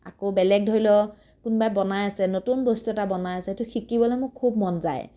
আকৌ বেলেগ ধৰি লওক কোনোবাই বনাই আছে নতুন বস্তু এটা বনাই আছে সেইটো শিকিবলৈ মোৰ খুব মন যায়